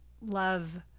love